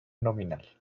nominal